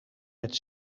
met